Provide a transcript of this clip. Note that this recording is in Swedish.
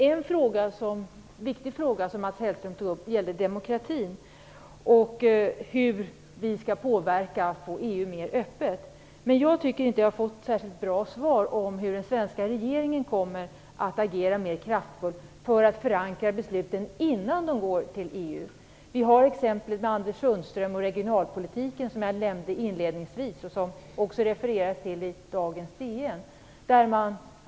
En viktig fråga som Mats Hellström tog upp gällde demokratin och hur vi skall påverka så att EU blir mer öppet. Jag tycker inte att jag har fått något särskilt bra svar på frågan om hur den svenska regeringen kommer att agera mer kraftfullt för att förslagen skall förankras innan man fattar beslut i EU. Vi har exemplet med Anders Sundström och regionalpolitiken, som jag nämnde inledningsvis och som det också refereras till i dagens DN.